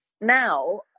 now